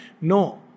No